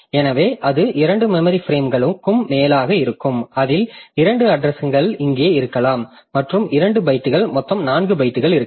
எனவே அது 2 மெமரி பிரேம்களுக்கும் மேலாக இருக்கும் அதில் 2 அட்ரஸ்கள் இங்கே இருக்கலாம் மற்றும் 2 பைட்டுகள் மொத்தம் 4 பைட்டுகள் இருக்கலாம்